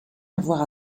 avoir